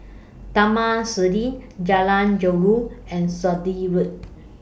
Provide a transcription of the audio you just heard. Taman Sireh Jalan Jeruju and Sturdee Road